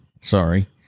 sorry